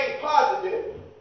positive